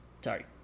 Sorry